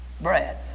Bread